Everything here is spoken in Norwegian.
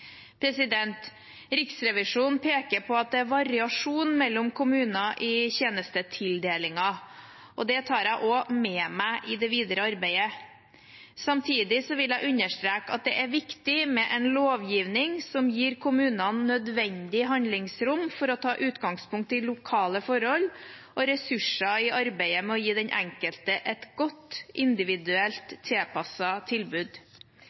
Riksrevisjonen peker på at det er variasjon mellom kommuner i tjenestetildelingen. Det tar jeg også med meg i det videre arbeidet. Samtidig vil jeg understreke at det er viktig med en lovgivning som gir kommunene nødvendig handlingsrom for å kunne ta utgangspunkt i lokale forhold og ressurser i arbeidet med å gi den enkelte et godt og individuelt tilpasset tilbud.